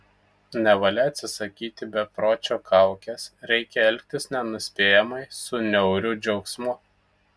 nevalia atsisakyti bepročio kaukės reikia elgtis nenuspėjamai su niauriu džiaugsmu